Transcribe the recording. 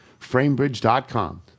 framebridge.com